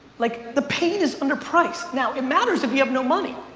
like the pain is underpriced. now, it matters if you have no money.